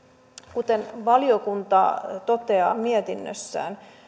kuten valiokunta toteaa mietinnössään